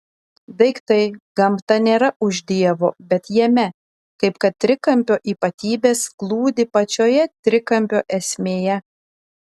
daiktai gamta nėra už dievo bet jame kaip kad trikampio ypatybės glūdi pačioje trikampio esmėje